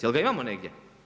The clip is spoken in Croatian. Jel' ga imamo negdje?